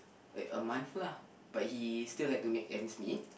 wait a month lah but he still had to make ends meet